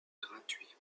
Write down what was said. gratuit